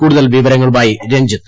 കൂടുതൽവിവരങ്ങളുമായിരഞ്ജിത്ത്